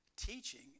Teaching